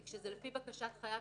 כי כשזה לפי בקשת חייב,